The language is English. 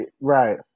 Right